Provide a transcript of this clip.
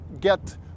get